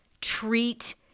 treat